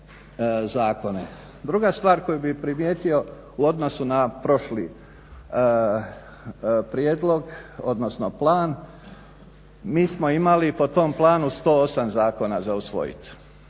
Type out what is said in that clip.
Druga stvar koju bih primijetio u odnosu na prošli prijedlog, odnosno plan. Mi smo imali po tom planu 108 zakona za usvojiti.